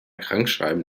krankschreiben